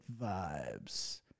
vibes